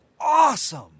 Awesome